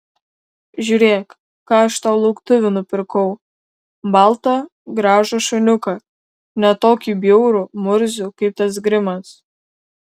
žiūrėk ką aš tau lauktuvių nupirkau baltą gražų šuniuką ne tokį bjaurų murzių kaip tas grimas